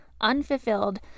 unfulfilled